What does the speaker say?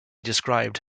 describes